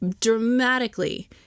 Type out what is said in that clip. dramatically